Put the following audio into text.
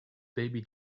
baby